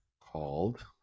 called